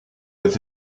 with